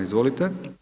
Izvolite.